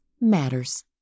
matters